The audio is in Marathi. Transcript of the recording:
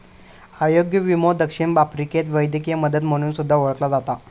आरोग्य विमो दक्षिण आफ्रिकेत वैद्यकीय मदत म्हणून सुद्धा ओळखला जाता